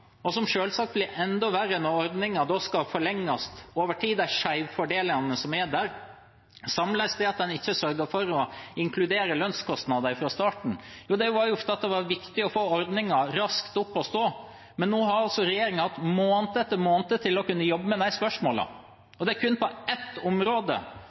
som selvsagt blir enda verre når ordningen skal forlenges over tid, med de skjevfordelingene som er der. Det er tilsvarende med det at en ikke sørget for å inkludere lønnskostnader fra starten av. Det var jo fordi det var viktig å få ordningen raskt opp og stå, men nå har altså regjeringen hatt måned etter måned til å kunne jobbe med de spørsmålene. Det er kun på ett område